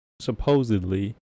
supposedly